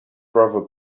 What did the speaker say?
brother